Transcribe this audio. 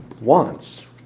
wants